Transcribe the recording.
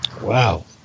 wow